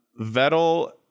Vettel